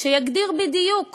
שיגדיר בדיוק